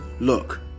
Look